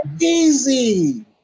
easy